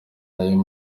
nayo